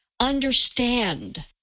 understand